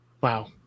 Wow